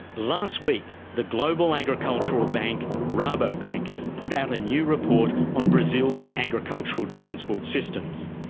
last week, the global agricultural bank rabobank put out a new report on brazil's agricultural transport systems.